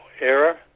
error